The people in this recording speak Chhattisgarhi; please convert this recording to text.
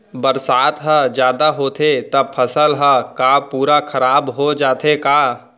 बरसात ह जादा होथे त फसल ह का पूरा खराब हो जाथे का?